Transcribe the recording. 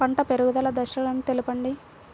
పంట పెరుగుదల దశలను తెలపండి?